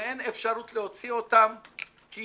ואין אפשרות להוציא אותם כי